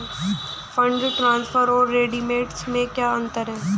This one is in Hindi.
फंड ट्रांसफर और रेमिटेंस में क्या अंतर है?